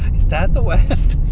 is that the west?